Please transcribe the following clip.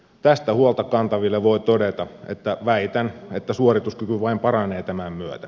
tästä huolta kantaville voin todeta että väitän että suorituskyky vain paranee tämän myötä